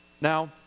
Now